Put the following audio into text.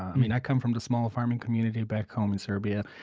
i come from a small farming community back home in serbia,